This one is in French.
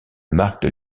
marque